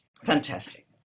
fantastic